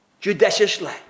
judiciously